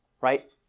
right